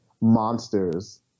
monsters